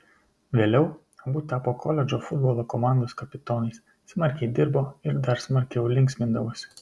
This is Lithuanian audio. vėliau abu tapo koledžo futbolo komandos kapitonais smarkiai dirbo ir dar smarkiau linksmindavosi